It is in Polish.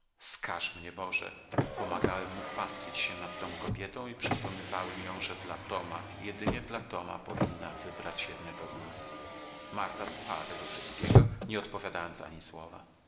skarz mnie boże pomagałem mu pastwić się nad tą kobietą i przekonywałem ją że dla toma jedynie dla toma powinna wybrać jednego z nas marta słuchała tego wszystkiego nie odpowiadając ani słowa